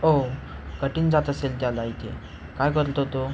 ओह कठीण जात असेल त्याला इथे काय करतो तो